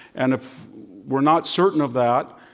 and if we're not certain of that,